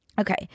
Okay